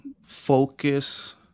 focus